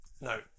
No